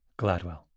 Gladwell